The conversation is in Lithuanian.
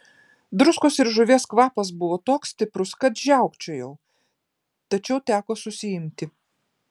druskos ir žuvies kvapas buvo toks stiprus kad žiaukčiojau tačiau teko susiimti